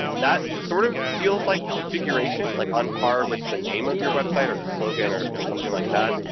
that sort of feels like configuration, like on par with the name of your website or the slogan or, you know, something like that,